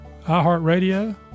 iHeartRadio